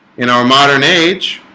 in our modern age